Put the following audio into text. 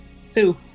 Sue